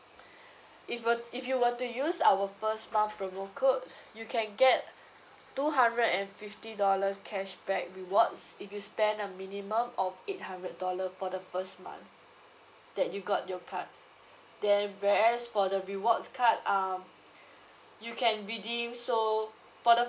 if a if you were to use our first month promo code you can get two hundred and fifty dollars cashback rewards if you spend a minimum of eight hundred dollar for the first month that you got your card then whereas for the rewards card um you can redeem so for the